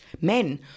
men